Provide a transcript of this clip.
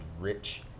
rich